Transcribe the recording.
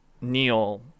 Neil